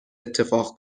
اتفاق